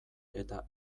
eta